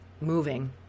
moving